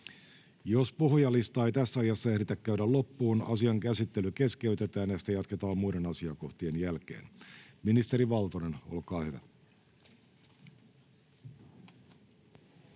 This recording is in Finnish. Jos puhujalistaa ei tässä ajassa ehditä käydä loppuun, asian käsittely keskeytetään ja sitä jatketaan muiden asiakohtien jälkeen. — Esittely, ministeri Rydman, olkaa hyvä.